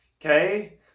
Okay